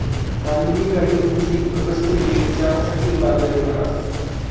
धान्यनी गाडी म्हंजी फकस्त येक चार चाकी मालगाडी रहास